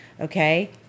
okay